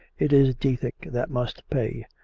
it is dethick that must pay.